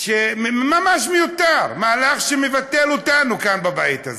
ממש מיותר, מהלך שמבטל אותנו כאן, בבית הזה.